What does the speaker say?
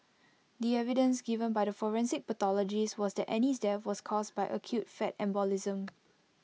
the evidence given by the forensic pathologist was that Annie's death was caused by acute fat embolism